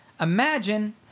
Imagine